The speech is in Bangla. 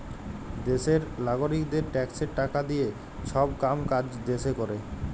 দ্যাশের লাগারিকদের ট্যাক্সের টাকা দিঁয়ে ছব কাম কাজ দ্যাশে ক্যরে